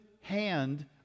hand